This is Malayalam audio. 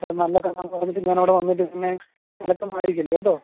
നല്ല കള്ളാണെന്ന് പറഞ്ഞിട്ട് ഞാൻ അവിടെ വന്നിട്ട് പിന്നെ ആയിരിക്കരുത് കേട്ടോ